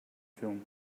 film